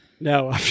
No